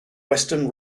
western